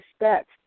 respect